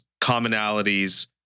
commonalities